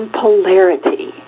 polarity